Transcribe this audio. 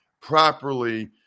properly